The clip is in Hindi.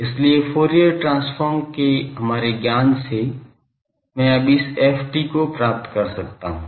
इसलिए फूरियर ट्रांसफॉर्म के हमारे ज्ञान से मैं अब इस ft को प्राप्त कर सकता हूं